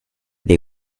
they